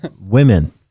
women